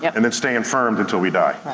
yeah and then stay infirmed until we die.